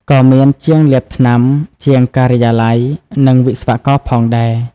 ក៏មានជាងលាបថ្នាំ ជាងការិយាល័យ និងវិស្វករផងដែរ។